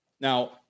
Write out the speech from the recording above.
now